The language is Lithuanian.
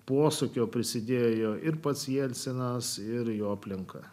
posūkio prisidėjo ir pats jelcinas ir jo aplinka